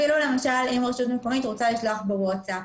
אפילו למשל אם רשות מקומית רוצה לשלוח ב-ווטסאפ,